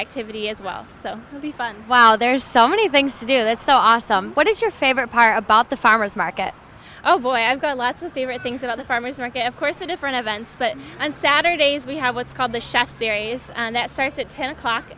activity as well so be fun while there's so many things to do that's so awesome what is your favorite part about the farmer's market oh boy i've got lots of favorite things about the farmer's market of course the different events but on saturdays we have what's called the chef series and that starts at ten o'clock